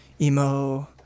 emo